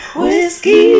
whiskey